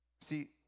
See